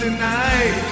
Tonight